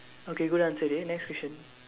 okay good answer dey next question